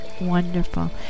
Wonderful